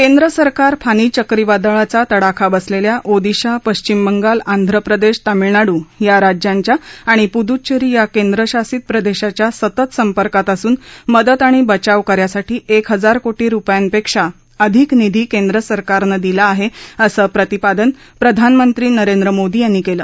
केंद्र सरकार फानी चक्रीवादळाचा तडाखा बसलेल्या ओदिशा पश्चिम बंगाल आंध्रप्रदेश तामिळनाडू या राज्यांच्या आणि पुद्रुचेरी या केंद्रशासित प्रदेशाच्या सतत संपर्कात असून मदत आणि बचाव कार्यासाठी एक हजार कोटी रुपयांपेक्षा अधिक निधी केंद्रसरकारनं दिला आहे असं प्रतिपादन प्रधानमंत्री नरेंद्र मोदी यांनी केलं